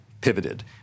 pivoted